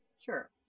Sure